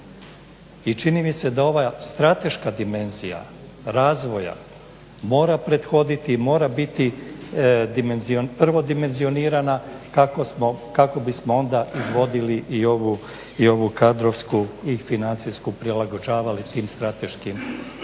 I čini mi se da ova strateška dimenzija razvoja mora prethoditi i mora biti prvo dimenzionirana kako bismo onda izvodili i ovu kadrovsku i financijski prilagođavali tom strateškom razvoju.